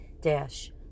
dash